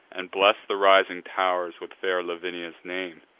and bless the rising tow'rs with fair lavinia's name.